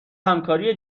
همکاری